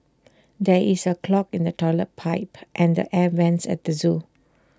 there is A clog in the Toilet Pipe and the air Vents at the Zoo